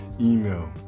email